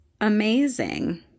amazing